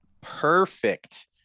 perfect